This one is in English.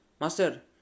Master